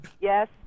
Yes